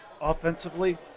Offensively